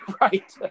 right